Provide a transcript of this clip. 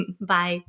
Bye